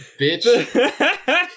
bitch